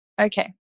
okay